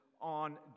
on